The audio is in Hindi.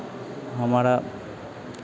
हमारा